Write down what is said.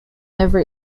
never